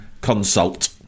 consult